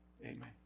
Amen